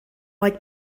like